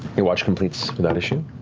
your watch completes without issue.